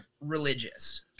religious